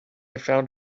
found